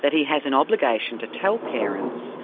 that he has an obligation to tell parents,